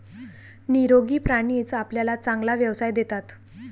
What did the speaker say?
निरोगी प्राणीच आपल्याला चांगला व्यवसाय देतात